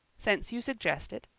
since you suggest it,